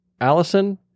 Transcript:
Allison